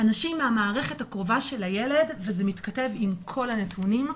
אנשים מהמערכת הקרובה של הילד וזה מתכתב עם כל הנתונים.